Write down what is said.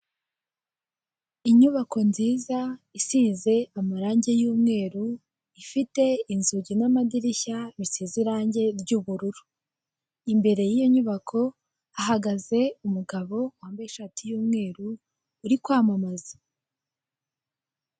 Inyubako nziza isize amarangi yumweru ifite inzugi n'amadirishya bisize irangi ry'ubururu imbere y'iyo nyubako hagaze umugabo wambaye ishati y'umweru uri kwamamaza.